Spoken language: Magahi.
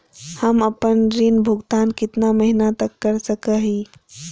हम आपन ऋण भुगतान कितना महीना तक कर सक ही?